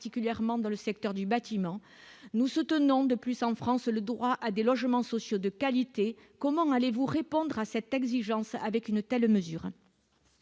particulièrement dans le secteur du bâtiment, nous soutenons de plus en France, le droit à des logements sociaux de qualité, comment allez-vous répondre à cette exigence avec une telle mesure.